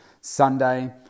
Sunday